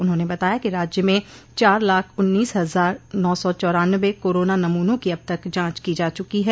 उन्होंने बताया कि राज्य में चार लाख उन्नीस हजार नौ सौ चौरान्नवे कोरोना नमूनों की अब तक जांच की जा चुकी है